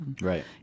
right